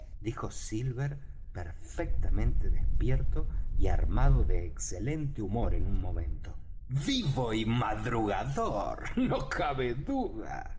dijo silver perfectamente despierto y armado de excelente humor en un momento vivo y madrugador no cabe duda